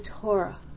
Torah